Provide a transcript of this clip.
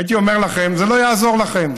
הייתי אומר לכם: זה לא יעזור לכם.